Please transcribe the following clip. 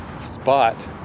spot